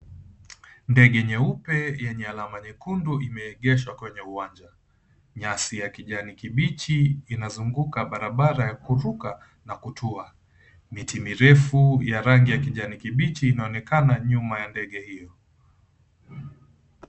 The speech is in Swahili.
Ndege nyeupe yenye alama nyekundu imeegeshwa kwenye uwanja, nyasi ya kijani kibichi inazunguka barabara ya kuruka na kutua miti mirefu ya rangi ya kijani kibichi inaoneka nyuma ya ndege hio